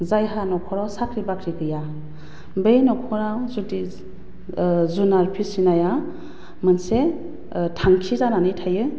जायहा न'खराव साख्रि बाख्रि गैया बे न'खराव जुदि जुनार फिसिनाया मोनसे थांखि जानानै थायो